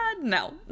no